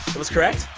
was correct?